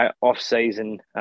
off-season